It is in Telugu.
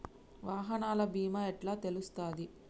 వాహనాల బీమా ఎట్ల తెలుస్తది?